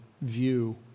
view